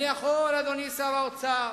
אדוני שר האוצר,